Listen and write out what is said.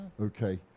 Okay